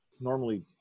normally